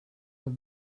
have